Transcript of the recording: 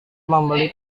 membeli